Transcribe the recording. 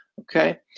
okay